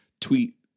tweet